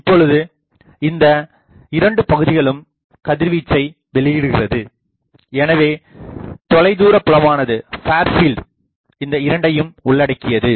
இப்பொழுது இந்த இரண்டு பகுதிகளும் கதிர்வீச்சை வெளியிடுகிறது எனவே தொலைதூரபுலமானது இந்த இரண்டையும் உள்ளடக்கியது